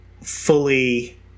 fully